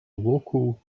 local